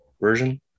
version